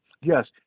yes